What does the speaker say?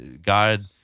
God